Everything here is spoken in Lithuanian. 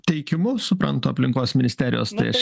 teikimu suprantu aplinkos ministerijos tai aš